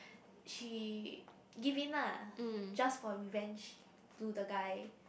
she give in lah just for revenge to the guy